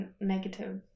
negative